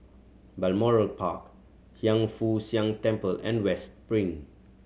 Balmoral Park Hiang Foo Siang Temple and West Spring